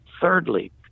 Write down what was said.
Thirdly